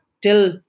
till